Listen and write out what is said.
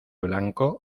blanco